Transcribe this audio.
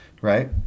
right